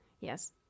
Yes